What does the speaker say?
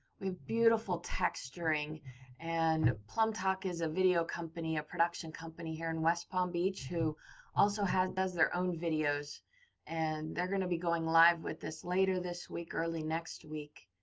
with beautiful texturing and plumbtalk is a video company, a production company here in west palm beach. who also does their own videos and they're going to be going live with this later this week, early next week.